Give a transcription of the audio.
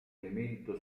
elemento